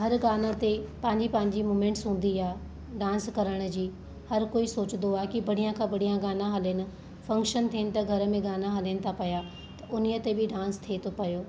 हर गाने ते पंहिंजी पंहिंजी मूवमेंट्स हूंदी आहे डांस करण जी हर कोई सोचंदो आहे कि बढ़ियां खां बढ़ियां गाना हलनि फ़ंक्शन थियनि त घर में गाना हलनि था पया उन्हीअ ते बि डांस थिए थो पियो